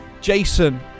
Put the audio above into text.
Jason